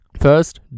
First